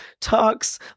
talks